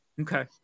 okay